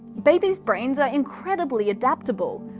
babies brains are incredibly adaptable.